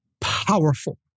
powerful